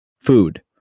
food